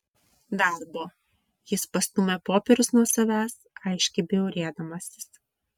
darbo jis pastūmė popierius nuo savęs aiškiai bjaurėdamasis